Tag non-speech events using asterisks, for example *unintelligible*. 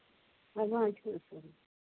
*unintelligible*